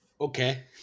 Okay